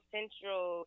Central